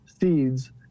seeds